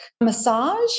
massage